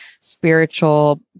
spiritual